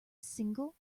single